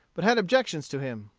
but had objections to him.